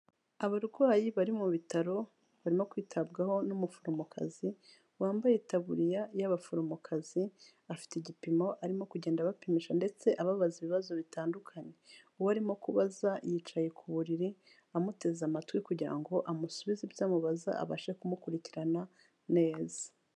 Abarwayi bari mu Bitaro barimo kwitabwaho n'umuforomokazi wambaye itaburiya y'abaforomokazi, afite igipimo arimo kugenda abapimisha ndetse ababaza ibibazo bitandukanye. Uwo arimo kubaza yicaye ku buriri amuteze amatwi kugira ngo amusubize ibyo amubaza abashe kumukurikirana neza.